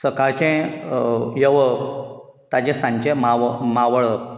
सकाळचें येवप ताचें सांजचें माव मावळप